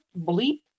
bleep